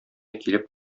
килеп